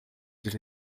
dos